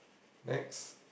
next